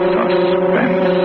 Suspense